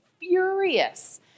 furious